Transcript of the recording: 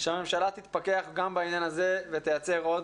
שהממשלה תתפכח גם בעניין הזה ותייצר עוד